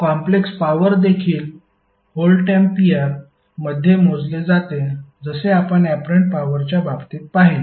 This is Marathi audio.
तर कॉम्प्लेक्स पॉवर देखील व्होल्टेम्पीअर मध्ये मोजले जाते जसे आपण ऍपरंट पॉवरच्या बाबतीत पाहिले